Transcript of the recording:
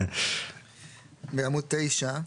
בעמוד 9,